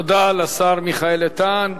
תודה לשר מיכאל איתן.